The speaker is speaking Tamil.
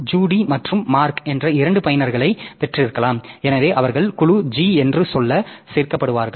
ஜூடி மற்றும் மார்க் என்ற இரண்டு பயனர்களைப் பெற்றிருக்கலாம் எனவே அவர்கள் குழு G என்று சொல்ல சேர்க்கப்படுவார்கள்